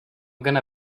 gonna